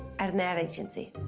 at an ad agency.